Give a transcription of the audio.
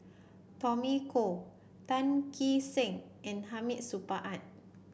Tommy Koh Tan Kee Sek and Hamid Supaat